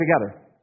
together